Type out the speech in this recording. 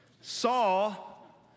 Saul